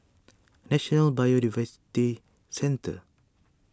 National Biodiversity Centre